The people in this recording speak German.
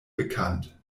bekannt